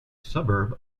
suburb